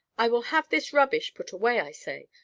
i will have this rubbish put away, i say.